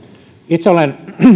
itse olen